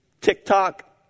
TikTok